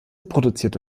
produzierte